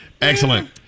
Excellent